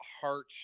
heart